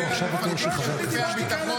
ביקשתי שתדייק.